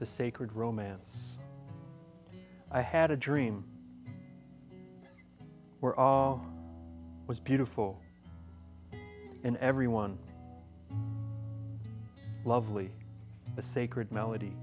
the sacred romance i had a dream were all was beautiful and everyone lovely a sacred melody